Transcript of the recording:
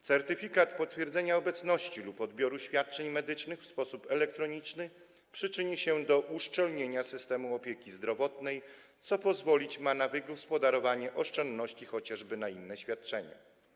Certyfikat potwierdzenia obecności lub odbioru świadczeń medycznych w sposób elektroniczny przyczyni się do uszczelnienia systemu opieki zdrowotnej, co pozwolić ma na wygospodarowanie oszczędności chociażby na inne świadczenia.